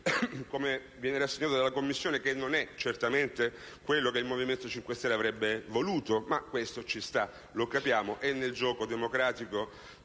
com'è stato rassegnato dalla Commissione, non è certamente quello che il Movimento 5 Stelle avrebbe voluto, ma questo ci sta e lo capiamo. È nel gioco democratico